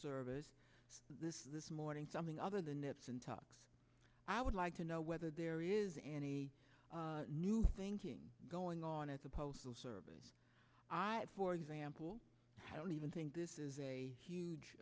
service this this morning something other than nips and tucks i would like to know whether there is any new thinking going on at the postal service for example i don't even think this is a huge